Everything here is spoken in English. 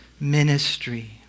ministry